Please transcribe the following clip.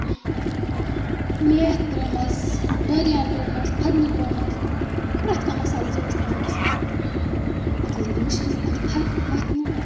math ترٲومَس بٲدِیان ترٛوومَس پھٔدنہٕ ترٛوومَس پرٛٮ۪تھ کانٛہہ مصال زٲژ ترٲومَس اَتے لٔگۍ مُشکِن اَدٕفر وَتھنہِ